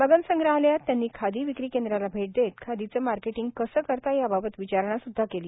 मगन संग्रहालयात त्यांनी खादी विक्री केंद्राला भेट देत खादीचे मार्केटिंग कसे करता याबाबत विचारणा सुदधा केली